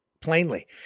plainly